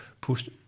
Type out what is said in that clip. push